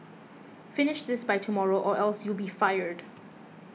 finish this by tomorrow or else you'll be fired